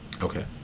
Okay